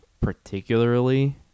particularly